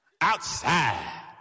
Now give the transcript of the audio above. Outside